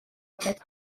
pet